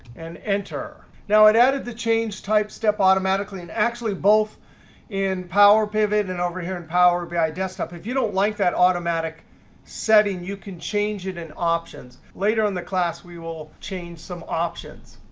and enter. now it added the change type step automatically. and actually, both in power pivot and over here in power bi desktop, if you don't like that automatic setting, you can change it in options. later in the class, we will change some options.